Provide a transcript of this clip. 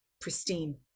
pristine